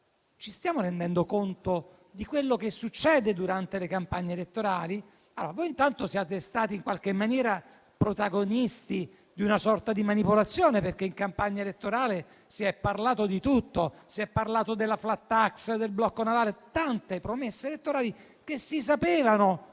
ci stiamo rendendo conto di quello che succede durante le campagne elettorali? Intanto, siete stati in qualche maniera protagonisti di una sorta di manipolazione, perché in campagna elettorale si è parlato di tutto: della *flat tax*, del blocco navale, di tante promesse elettorali che si sapevano